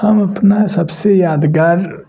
हम अपना सब से यादगार